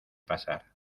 pasar